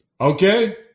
Okay